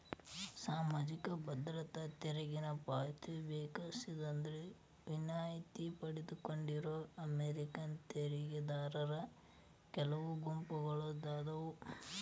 ಸಾಮಾಜಿಕ ಭದ್ರತಾ ತೆರಿಗೆನ ಪಾವತಿಸೋದ್ರಿಂದ ವಿನಾಯಿತಿ ಪಡ್ಕೊಂಡಿರೋ ಅಮೇರಿಕನ್ ತೆರಿಗೆದಾರರ ಕೆಲವು ಗುಂಪುಗಳಾದಾವ